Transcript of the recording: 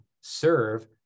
serve